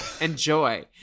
enjoy